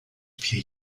vier